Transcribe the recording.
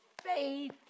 faith